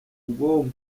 ubwonko